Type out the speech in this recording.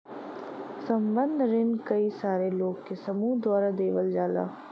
संबंद्ध रिन कई सारे लोग के समूह द्वारा देवल जाला